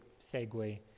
segue